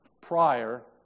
prior